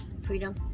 Freedom